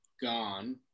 gone